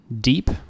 deep